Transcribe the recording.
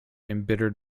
embittered